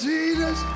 Jesus